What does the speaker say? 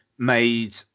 made